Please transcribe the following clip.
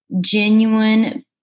genuine